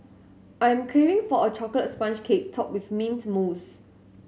I'm craving for a chocolate sponge cake topped with mint mousse